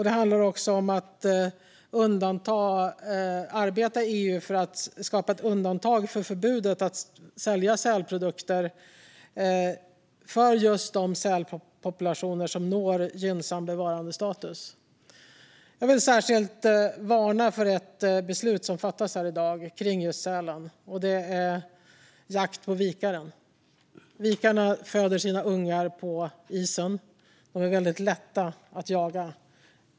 Det handlar även om att arbeta i EU för att skapa ett undantag från förbudet mot att sälja sälprodukter för just de sälpopulationer som når gynnsam bevarandestatus. Jag vill särskilt varna för ett beslut som fattas här i dag kring just sälen. Det gäller jakt på vikaren. Vikarna föder sina ungar på isen och är väldigt lätta att jaga.